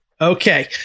Okay